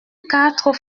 quatre